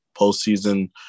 Postseason